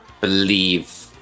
believe